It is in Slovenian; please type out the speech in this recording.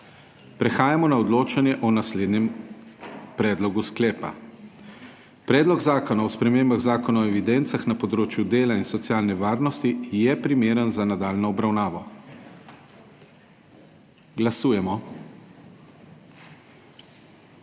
Prehajamo na odločanje o naslednjem predlogu sklepa: Predlog zakona o spremembah Zakona o evidencah na področju dela in socialne varnosti je primeren za nadaljnjo obravnavo. Glasujemo.